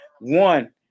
One